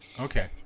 Okay